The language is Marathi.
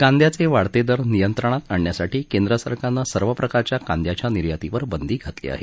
कांद्याये वाढते दर नियंत्रणात आणण्यासाठी केंद्र सरकारनं सर्व प्रकारच्या कांद्याच्या निर्यातीवर बंदी घातली आहे